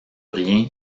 rien